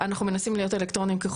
השנה.